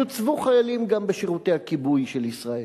גם בשירותי הכיבוי של ישראל.